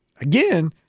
again